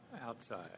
outside